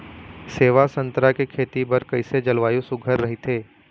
सेवा संतरा के खेती बर कइसे जलवायु सुघ्घर राईथे?